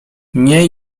mniej